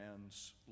man's